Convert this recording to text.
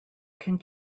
can